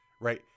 Right